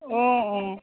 অ অ